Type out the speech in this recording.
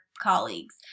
colleagues